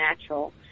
natural